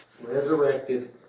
resurrected